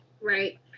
Right